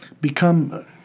become